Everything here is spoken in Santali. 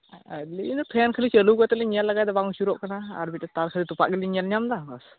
ᱟᱞᱤᱧ ᱫᱚ ᱯᱷᱮᱱ ᱠᱷᱟᱞᱤ ᱪᱟᱞᱩ ᱠᱟᱛᱮᱫ ᱞᱤᱧ ᱧᱮᱞ ᱞᱮᱜᱟᱭᱮᱫᱟ ᱵᱟᱝ ᱟᱹᱪᱩᱨᱚᱜ ᱠᱟᱱᱟ ᱟᱨ ᱢᱤᱫᱴᱮᱱ ᱛᱟᱨ ᱠᱷᱟᱞᱤ ᱛᱚᱯᱟᱜ ᱜᱤᱞᱤᱝ ᱧᱮᱞ ᱧᱟᱢ ᱮᱫᱟ ᱵᱟᱥ